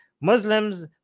Muslims